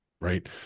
right